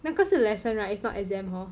那个是 lesson right it's not exam hor